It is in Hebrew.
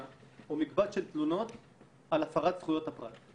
או מקבץ של תלונות על הפרת זכויות הפרט?